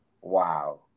Wow